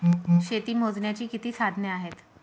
शेती मोजण्याची किती साधने आहेत?